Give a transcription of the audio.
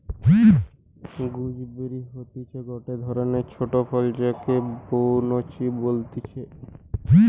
gooseberry হতিছে গটে ধরণের ছোট ফল যাকে বৈনচি বলতিছে